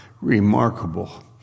remarkable